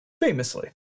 Famously